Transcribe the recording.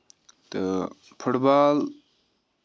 تہٕ فُٹ بال